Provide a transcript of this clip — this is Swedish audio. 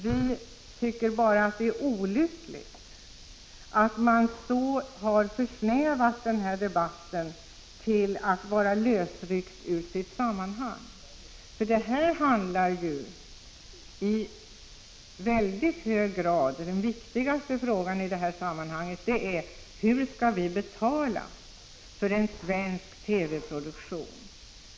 Vi tycker att det är olyckligt att man har försnävat den här debatten och lösryckt den ur sitt sammanhang. Den viktigaste frågan i sammanhanget är hur vi skall betala för en svensk TV-produktion.